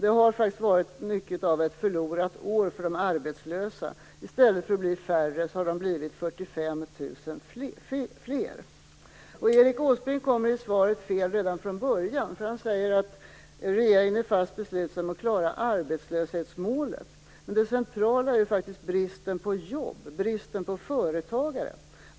Det har varit mycket av ett förlorat år för de arbetslösa; i stället för att bli färre har de blivit 45 000 fler. Erik Åsbrink kommer fel i sitt svar redan från början. Han säger nämligen att regeringen är fast besluten att klara arbetslöshetsmålet. Men det centrala är faktiskt bristen på jobb och bristen på företagare.